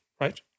right